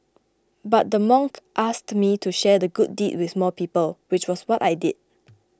but the monk asked me to share the good deed with more people which was what I did